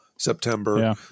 September